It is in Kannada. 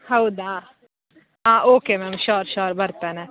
ಹೌದಾ ಆಂ ಓಕೆ ಮ್ಯಾಮ್ ಶೋರ್ ಶೋರ್ ಬರ್ತೇನೆ